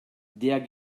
der